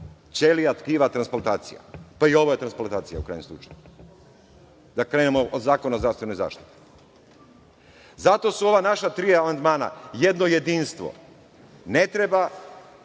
Ćelija tkiva transplantacija, pa i ovo je transplantacija u krajnjem slučaju, da krenemo od Zakona od zdravstvenoj zaštiti. Zato su ova naša tri amandmana jedno jedinstvo. Ne treba